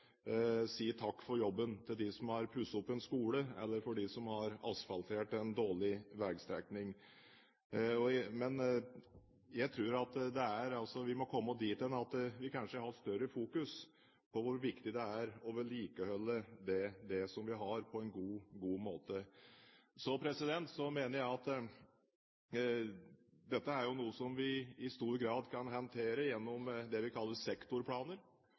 si takk for jobben til dem som har pusset opp en skole, eller til dem som har asfaltert en dårlig veistrekning. Men jeg tror vi må komme dit hen at vi kanskje har større fokus på hvor viktig det er å vedlikeholde det som vi har, på en god måte. Så mener jeg at dette er noe som vi jo i stor grad kan håndtere gjennom det vi kaller sektorplaner.